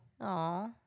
Aw